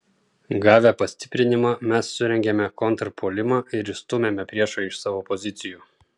gavę pastiprinimą mes surengėme kontrpuolimą ir išstūmėme priešą iš savo pozicijų